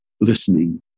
listening